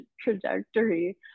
trajectory